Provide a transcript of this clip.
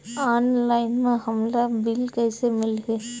Online म हमला bill कइसे मिलही?